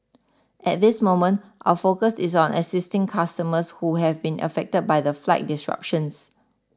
at this moment our focus is on assisting customers who have been affected by the flight disruptions